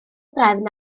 drefn